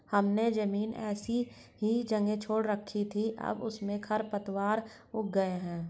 हमने ज़मीन ऐसे ही छोड़ रखी थी, अब उसमें खरपतवार उग गए हैं